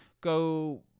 go